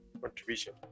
contribution